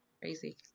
crazy